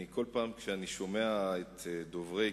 כל פעם כשאני שומע את דוברי קדימה,